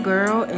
Girl